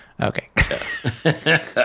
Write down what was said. Okay